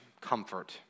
comfort